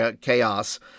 chaos